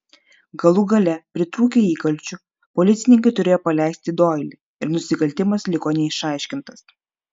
galų gale pritrūkę įkalčių policininkai turėjo paleisti doilį ir nusikaltimas liko neišaiškintas